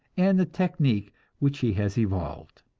and the technic which he has evolved.